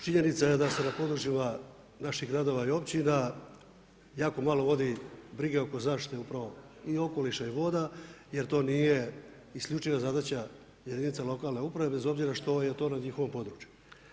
Činjenica je da se položajima naših gradova i općina jako malo vodi brige oko zaštite upravo i okoliša i voda jer to nije isključiva zadaća jedinice lokalne uprave bez obzira što je to na njihovom području.